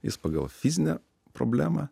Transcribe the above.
jis pagal fizinę problemą